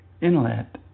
Inlet